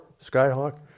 Skyhawk